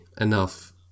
enough